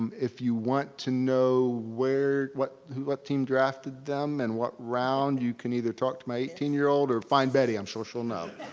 um if you want to know where, what what team drafted them in and what round, you can either talk to my eighteen year old or find betty, i'm sure she'll know.